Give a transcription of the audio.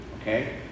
Okay